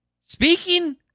Speaking